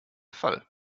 fall